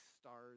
stars